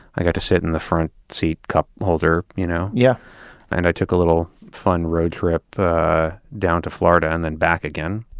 i got to sit in the front seat cup holder, you know? yeah and i took a little fun road trip down to florida and then back again.